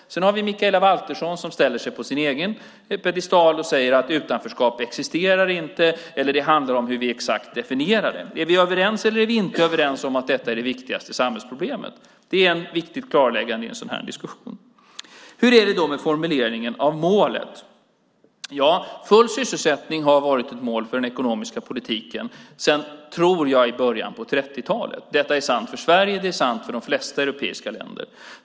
Sedan har vi Mikaela Valtersson som ställer sig på sin egen piedestal och säger att utanförskap inte existerar eller att det handlar om hur vi exakt definierar det. Är vi överens, eller är vi inte överens om att detta är det viktigaste samhällsproblemet? Det är ett viktigt klarläggande i en sådan här diskussion. Hur är det då med formuleringen av målet? Full sysselsättning har varit ett mål för den ekonomiska politiken sedan, tror jag, i början på 30-talet. Detta är sant för Sverige. Det är sant för de flesta europeiska länder.